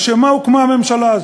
לשם מה הוקמה הממשלה הזו?